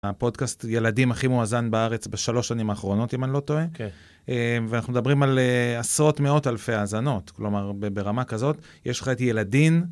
הפודקאסט ילדים הכי מואזן בארץ בשלוש שנים האחרונות, אם אני לא טועה. כן. אמ.. ואנחנו מדברים על עשרות מאות אלפי האזנות. כלומר, ברמה כזאת, יש לך את ילדין...